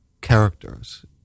characters